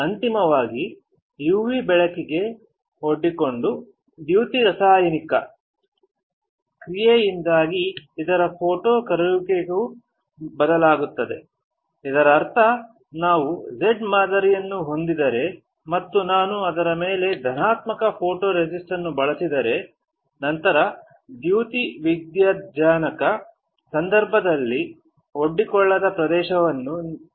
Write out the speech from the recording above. ಅಂತಿಮವಾಗಿ UV ಬೆಳಕಿಗೆ ಒಡ್ಡಿಕೊಂಡ ದ್ಯುತಿರಾಸಾಯನಿಕ ಕ್ರಿಯೆಯಿಂದಾಗಿ ಇದರ ಫೋಟೋ ಕರಾಗುವಿಕೆಯು ಬದಲಾಗುತ್ತದೆ ಇದರರ್ಥ ನಾವು Z ಮಾದರಿಯನ್ನು ಹೊಂದಿದ್ದರೆ ಮತ್ತು ನಾನು ಅದರ ಮೇಲೆ ಧನಾತ್ಮಕ ಫೋಟೊರೆಸಿಸ್ಟ್ ಅನ್ನು ಬಳಸಿದರೆ ನಂತರ ದ್ಯುತಿ ವಿದ್ಯುಜ್ಜನಕ ಸಂದರ್ಭದಲ್ಲಿ ಒಡ್ಡಿಕೊಳ್ಳದ ಪ್ರದೇಶವನ್ನು ರಕ್ಷಿಸಲಾಗುತ್ತದೆ